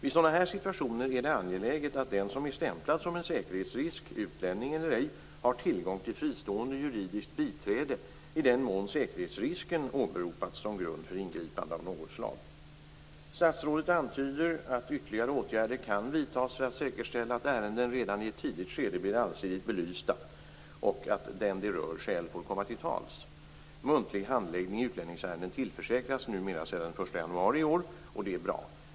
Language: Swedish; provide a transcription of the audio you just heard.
I sådana här situationer är det angeläget att den som är stämplad som en säkerhetsrisk, utlänning eller ej, har tillgång till fristående juridiskt biträde i den mån säkerhetsrisken åberopats som grund för ingripande av något slag. Statsrådet antyder att ytterligare åtgärder kan vidtas för att säkerställa att ärenden redan i ett tidigt skede blir allsidigt belysta och att den som berörs själv får komma till tals. Muntlig handläggning i utlänningsärenden tillförsäkras numera sedan den 1 januari i år, och det är bra.